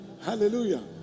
Hallelujah